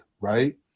right